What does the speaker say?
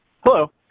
Hello